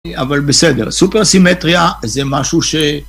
אבל בסדר, סופר סימטריה זה משהו ש...